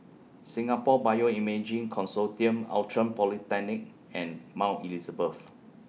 Singapore Bioimaging Consortium Outram Polyclinic and Mount Elizabeth